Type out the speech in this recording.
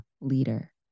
leader